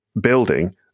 building